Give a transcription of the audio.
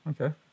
Okay